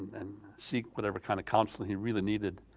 and seek whatever kind of counseling he really needed.